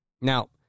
Now